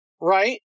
right